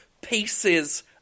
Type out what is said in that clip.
pieces